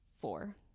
four